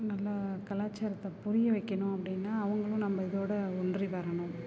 நல்லா கலாச்சாரத்தை புரிய வைக்கணும் அப்படின்னா அவங்களும் நம்ம இதோட ஒன்றி வரணும்